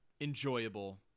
enjoyable